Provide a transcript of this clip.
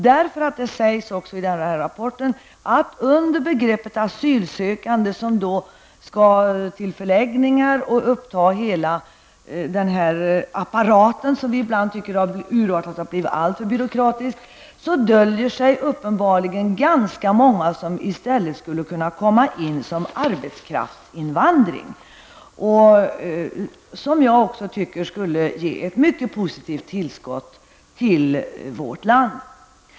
Det sägs nämligen också i rapporten, att under begreppet asylsökande, dvs. människor som skall till förläggningar och uppta hela apparaten, som vi ibland tycker har urartat till att bli alltför byråkratisk, döljer sig uppenbarligen ganska många som i stället skulle kunna komma in genom arbetskraftsinvandring. Det tycker jag skulle ge ett mycket positivt tillskott till vårt land.